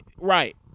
Right